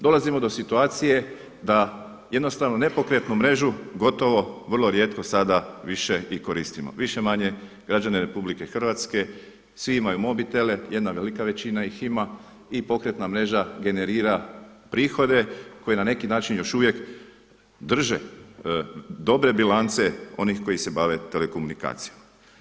Dolazimo do situacije da jednostavno nepokretnu mrežu gotovo vrlo rijetko sada više i koristimo, više-manje građani RH svi imaju mobitele, jedna velika većina ih ima i pokretna mreža generira prihode koji na neki način još uvijek drže dobre bilance onih koji se bave telekomunikacijom.